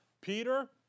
Peter